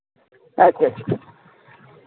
ᱟᱪᱪᱷᱟ